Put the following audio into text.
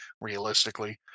realistically